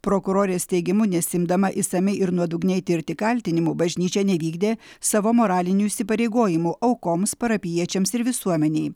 prokurorės teigimu nesiimdama išsamiai ir nuodugniai tirti kaltinimų bažnyčia nevykdė savo moralinių įsipareigojimų aukoms parapijiečiams ir visuomenei